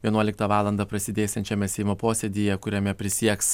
vienuoliktą valandą prasidėsiančiame seimo posėdyje kuriame prisieks